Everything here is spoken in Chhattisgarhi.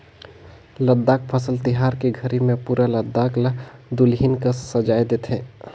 लद्दाख फसल तिहार के घरी मे पुरा लद्दाख ल दुलहिन कस सजाए देथे